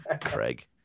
Craig